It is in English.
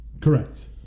Correct